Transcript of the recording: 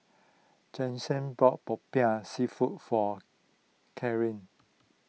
Jensen bought Popiah Seafood for Kathern